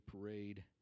parade